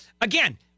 again